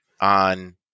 on